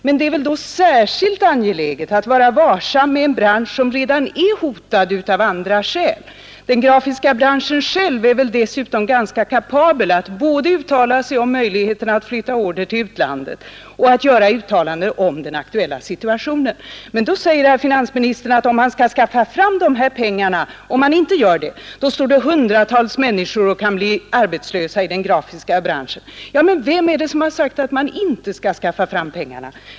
Men det är väl särskilt angeläget att vara varsam med en bransch som redan av andra skäl är hotad. Den grafiska branschen torde dessutom själv vara kapabel att uttala sig både om möjligheterna att flytta order till utlandet och om den aktuella sysselsättningssituationen. Skaffar man inte fram dessa pengar till presstödet, säger finansministern, riskerar hundratals människor att bli arbetslösa. Men vem är det som har sagt att man inte skall skaffa fram pengarna?